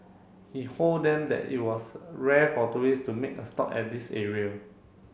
he hold them that it was rare for tourists to make a stop at this area